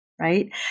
Right